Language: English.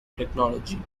technology